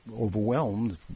overwhelmed